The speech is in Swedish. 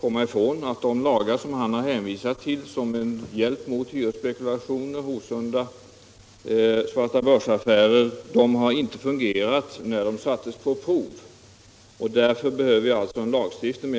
komma ifrån att de lagar som han har hänvisat till som en hjälp mot hyresspekulationer och svartabörsaffärer inte har fungerat när de satts på prov. Därför behöver vi alltså en lagstiftning.